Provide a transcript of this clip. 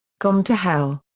gone to hell!